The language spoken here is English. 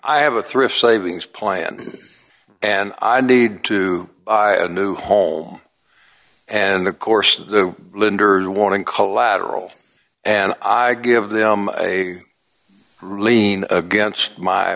i have a thrift savings plan and i need to buy a new home and of course the lenders warn collateral and i give them a lien against my